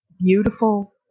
beautiful